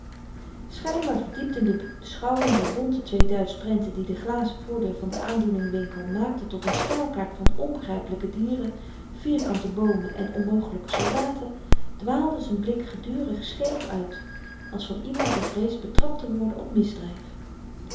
schynbaar verdiept in de beschouwing der bonte twee duits prenten die de glazen voordeur van den aandoeningwinkel maakten tot n staalkaart van onbegrypelyke dieren vierkante boomen en onmogelyke soldaten dwaalde z'n blik gedurig scheef uit als van iemand die vreest betrapt te worden op misdryf